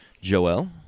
Joel